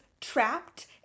trapped